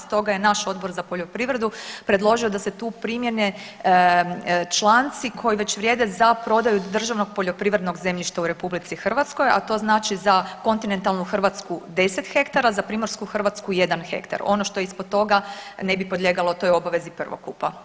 Stoga je naš Odbor za poljoprivredu predložio da se tu primjene članci koji već vrijede za prodaju državnog poljoprivrednog zemljišta u RH, a to znači za kontinentalnu Hrvatsku 10 hektara, za Primorsku Hrvatsku jedan hektar, ono što je ispod toga ne bi podlijegalo toj obavezi prvokupa